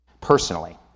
personally